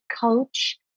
coach